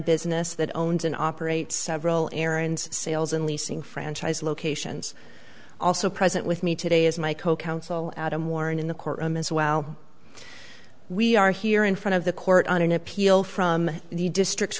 business that owns and operates several errands sales and leasing franchise locations also present with me today is my co counsel adam warren in the courtroom as well we are here in front of the court on an appeal from the district